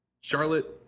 Charlotte